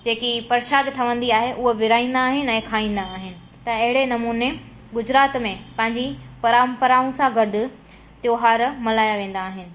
जेकी परसाद ठहंदी आहे उहे विरहाईंदा आहिनि ऐं खाईंदा आहिनि त अहिड़े नमूने गुजरात में पंहिंजी परम्पराउनि सां गॾु त्योहार मल्हाया वेंदा आहिनि